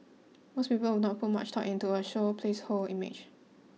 most people would not put much thought into a show's placeholder image